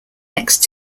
next